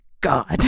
God